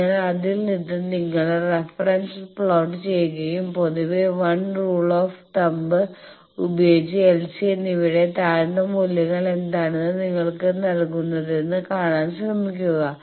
അതിനാൽ അതിൽ നിന്ന് നിങ്ങൾ റഫറൻസ് പ്ലോട്ട് ചെയ്യുകയും പൊതുവെ 1 റൂൾ ഓഫ് തമ്പ് ഉപയോഗിച്ച് L C എന്നിവയുടെ താഴ്ന്ന മൂല്യങ്ങൾ ഏതാണ് നിങ്ങൾക്ക് നൽകുന്നതെന്ന് കാണാൻ ശ്രമിക്കുക